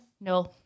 No